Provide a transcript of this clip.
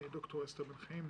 ד"ר אסתר בן חיים,